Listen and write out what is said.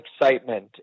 excitement